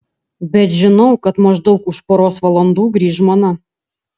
bet žinau kad maždaug už poros valandų grįš žmona